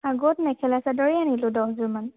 আগত মেখেলা চাদৰেই আনিলোঁ দহযোৰমান